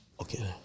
Okay